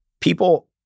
People